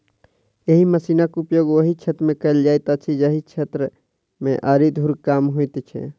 एहि मशीनक उपयोग ओहि क्षेत्र मे कयल जाइत अछि जाहि क्षेत्र मे आरि धूर कम होइत छै